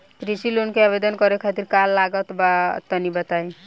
कृषि लोन के आवेदन करे खातिर का का लागत बा तनि बताई?